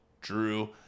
drew